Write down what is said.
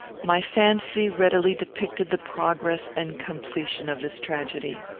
my fancy readily depicted the progress and completion of this tragedy.